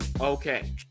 Okay